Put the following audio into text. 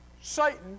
Satan